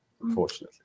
Unfortunately